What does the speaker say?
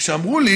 ואמרו לי